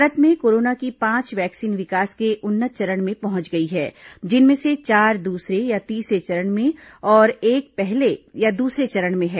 भारत में कोरोना की पांच वैक्सीन विकास के उन्नत चरण में पहंच गई है जिनमें से चार दूसरे या तीसरे चरण में और एक पहले या दूसरे चरण में है